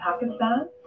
Pakistan